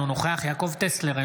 אינו נוכח יעקב טסלר,